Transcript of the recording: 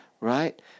Right